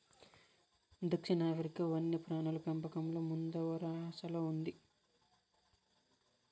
దక్షిణాఫ్రికా వన్యప్రాణుల పెంపకంలో ముందువరసలో ఉంది